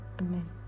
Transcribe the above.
Amen